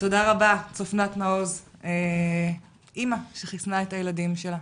תודה רבה, צפנת מעוז, אימא שחיסנה את הילדים שלה.